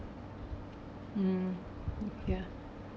mm ya